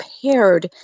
prepared